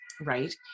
right